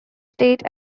state